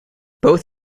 both